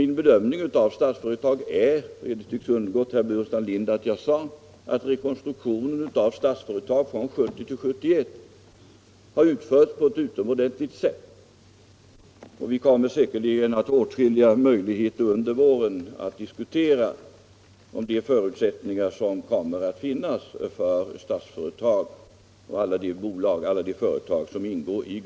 Det tycks ha undgått herr Burenstam Linder att jag i mitt förra anförande bedömde att rekonstruktionen av Statsföretag från 1970-1971 utförts på ett utomordentligt sätt. Vi kommer säkert under våren att få tillfälle att diskutera om det finns förutsättningar för Statsföretag med allt som ingår i den gruppen att ta över Utvecklingsbolaget.